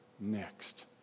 next